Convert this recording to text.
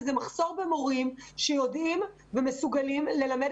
וזה מחסור במורים שיודעים ומסוגלים ללמד